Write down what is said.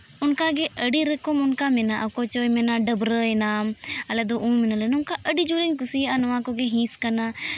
ᱚᱱᱠᱟᱜᱮ ᱟᱹᱰᱤ ᱨᱚᱠᱚᱢ ᱚᱱᱠᱟ ᱢᱮᱱᱟᱜᱼᱟ ᱚᱠᱚᱭᱪᱚᱭ ᱢᱮᱱᱟ ᱰᱟᱵᱽᱨᱟᱹᱣᱮᱱᱟᱢ ᱟᱞᱮ ᱫᱚ ᱩᱢᱱᱟᱞᱮ ᱱᱚᱝᱠᱟ ᱟᱹᱰᱤ ᱡᱳᱨᱮᱧ ᱠᱩᱥᱤᱟᱜᱼᱟ ᱱᱚᱣᱟ ᱠᱚᱜᱮ ᱦᱤᱸᱥ ᱠᱟᱱᱟ